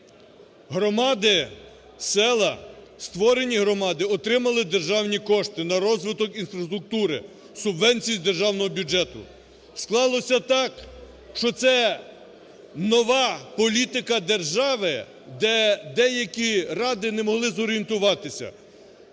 Громади, села, створені громади отримали державні кошти на розвиток інфраструктури, субвенції з державного бюджету. Склалося так, що це нова політика держави, де деякі ради не могли зорієнтуватися.